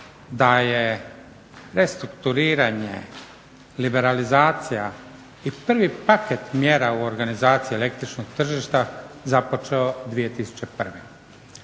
da je restrukturiranje, liberalizacija i prvi paket mjera u organizaciji električnog tržišta započeo 2001.